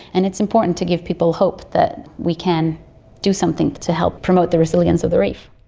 and it's important to give people hope that we can do something to help promote the resilience of the reef.